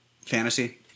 fantasy